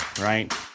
right